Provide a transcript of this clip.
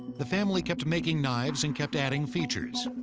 the family kept making knives and kept adding features.